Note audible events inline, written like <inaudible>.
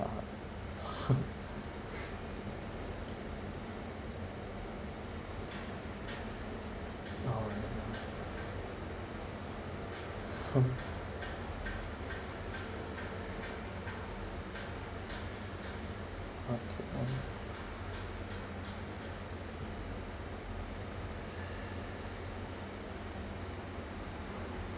<noise> <noise>